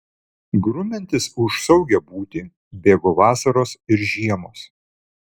grumiantis už saugią būtį bėgo vasaros ir žiemos